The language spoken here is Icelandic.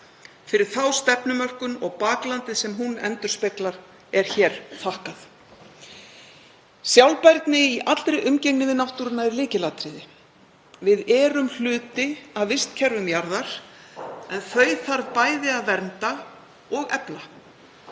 Fyrir þá stefnumörkun og baklandið sem hún endurspeglar er hér þakkað. Sjálfbærni í allri umgengni við náttúruna er lykilatriði. Við erum hluti af vistkerfum jarðar en þau þarf bæði að vernda og efla.